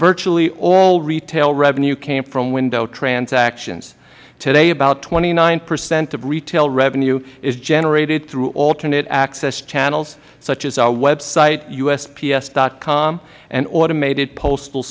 virtually all retail revenue came from window transactions today about twenty nine percent of retail revenue is generated through alternate access channels such as our web site usps com and automated postal